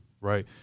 Right